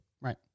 Right